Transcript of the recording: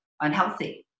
unhealthy